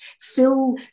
fill